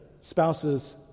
spouses